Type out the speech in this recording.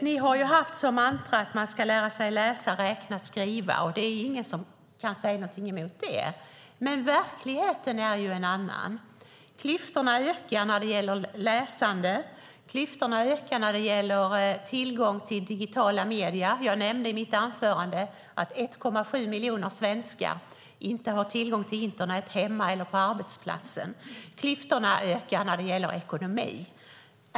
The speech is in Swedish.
Ni har haft som mantra att man ska lära sig läsa, räkna och skriva. Det är ingen som kan säga emot det, men verkligheten är ju en annan. Klyftorna ökar när det gäller läsande. Klyftorna ökar när det gäller tillgång till digitala medier. Jag nämnde i mitt anförande att 1,7 miljoner svenskar inte har tillgång till internet hemma eller på arbetsplatsen. Klyftorna ökar när det gäller ekonomi.